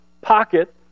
pocket